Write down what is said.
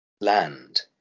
land